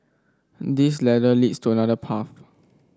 this ladder leads to another path